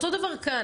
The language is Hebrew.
אותו דבר כאן.